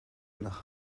nach